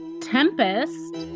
tempest